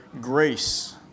grace